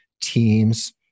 teams